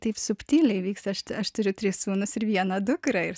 taip subtiliai vyksta aš turiu tris sūnus ir vieną dukrą ir